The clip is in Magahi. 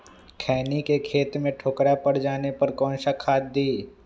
खैनी के खेत में ठोकरा पर जाने पर कौन सा खाद दी?